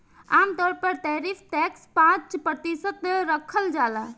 आमतौर पर tariff tax पाँच प्रतिशत राखल जाला